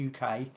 UK